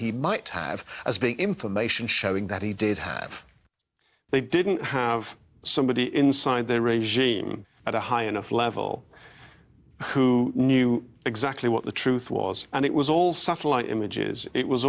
he might have as big information showing that he did have they didn't have somebody inside their regime at a high enough level who knew exactly what the truth was and it was all satellite images it was